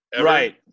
Right